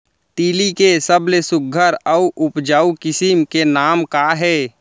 तिलि के सबले सुघ्घर अऊ उपजाऊ किसिम के नाम का हे?